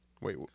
Wait